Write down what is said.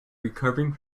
recovering